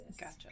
Gotcha